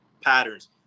patterns